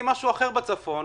אחר בצפון,